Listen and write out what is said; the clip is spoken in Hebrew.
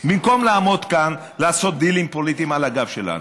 במקום לעמוד כאן ולעשות דילים פוליטיים על הגב שלנו.